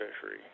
fishery